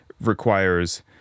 requires